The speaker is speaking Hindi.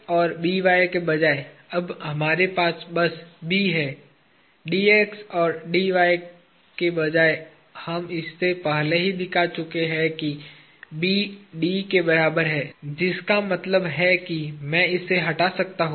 और के बजाय अब हमारे पास बस B है और के बजाय हम इससे पहले ही दिखा चुके हैं कि B D के बराबर है जिसका मतलब है कि मैं इसे हटा सकता हूं